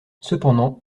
cependant